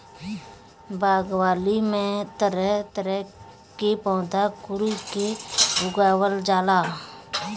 बागवानी में तरह तरह के पौधा कुल के उगावल जाला